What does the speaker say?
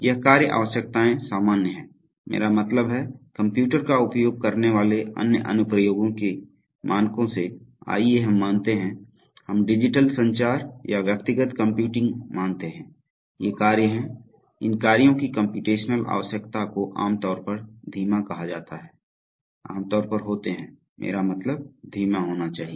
यह कार्य आवश्यकताएं सामान्य हैं मेरा मतलब है कंप्यूटर का उपयोग करने वाले अन्य अनुप्रयोगों के मानकों से आइए हम मानते हैं हम डिजिटल संचार या व्यक्तिगत कंप्यूटिंग मानते हैं ये कार्य हैं इन कार्यों की कम्प्यूटेशनल आवश्यकता को आमतौर पर धीमा कहा जाता है आमतौर पर होते हैं मेरा मतलब धीमा होना चाहिए